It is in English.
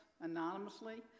anonymously